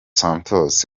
santos